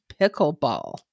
pickleball